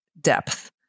depth